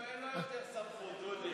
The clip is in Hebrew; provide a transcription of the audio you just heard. אין לו יותר סמכות, דודי.